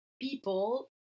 people